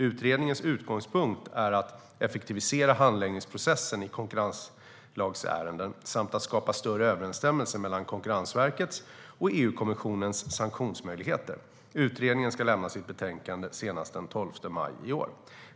Utredningens utgångspunkt är att effektivisera handläggningsprocessen i konkurrenslagsärenden samt att skapa större överensstämmelse mellan Konkurrensverkets och EU-kommissionens sanktionsmöjligheter. Utredningen ska lämna sitt betänkande senast den 12 maj i år.